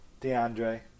DeAndre